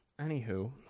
anywho